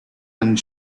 and